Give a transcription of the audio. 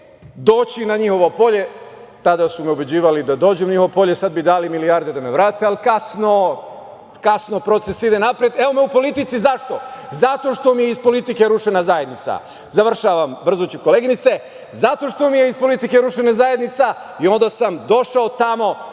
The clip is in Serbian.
dođi na njihovo polje. Tada su me ubeđivali da dođem na njihovo polje, sada bi dali milijarde da me vrate, ali kasno, kasno, proces ide napred. Evo me u politici. Zašto? Zato što mi je iz politike rušena zajednica. Završavam, brzo ću, koleginice. Zato što mi je iz politike rušena zajednica i onda sam došao tamo